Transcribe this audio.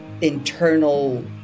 internal